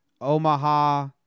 Omaha